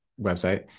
website